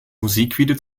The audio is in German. musikvideo